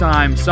Time